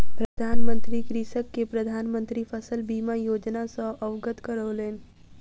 प्रधान मंत्री कृषक के प्रधान मंत्री फसल बीमा योजना सॅ अवगत करौलैन